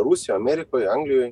rusijoj amerikoj anglijoj